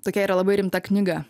tokia yra labai rimta knyga